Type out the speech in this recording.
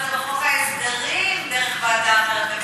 את זה בחוק ההסדרים דרך ועדה אחרת,